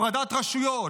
הפרדת רשויות,